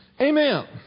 Amen